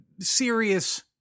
serious